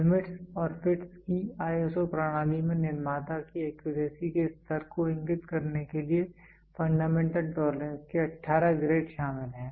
limits और fits की ISO प्रणाली में निर्माता की एक्यूरेसी के स्तर को इंगित करने के लिए फंडामेंटल टोलरेंस के 18 ग्रेड शामिल हैं